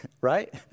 right